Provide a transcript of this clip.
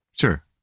sure